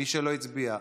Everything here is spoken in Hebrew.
מי שלא הצביע.